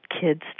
kids